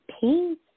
peace